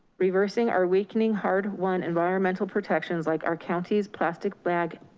reversing our weakening hard won environmental protections, like our county's plastic bag